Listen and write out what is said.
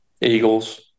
Eagles